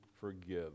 forgive